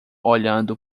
olhando